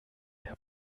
der